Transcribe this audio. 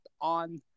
on